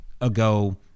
ago